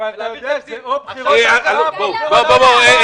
אתה יודע שזה או בחירות או --- תן לו לדבר.